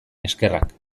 eskerrak